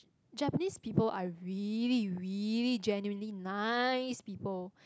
Japanese people are really really genuinely nice people